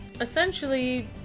essentially